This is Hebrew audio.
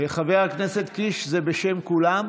חבר הכנסת קיש, זה בשם כולם?